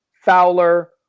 Fowler